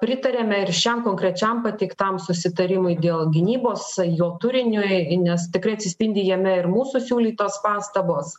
pritarėme ir šiam konkrečiam pateiktam susitarimui dėl gynybos jo turiniui nes tikrai atsispindi jame ir mūsų siūlytos pastabos